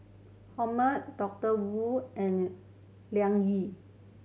Hormel Doctor Wu and Liang Yi